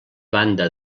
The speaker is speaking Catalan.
banda